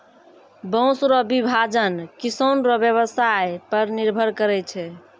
बाँस रो विभाजन किसान रो व्यवसाय पर निर्भर करै छै